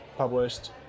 Published